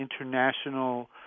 international